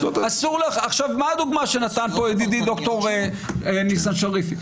מה הדוגמה שנתן פה ד"ר ניסן שריפי?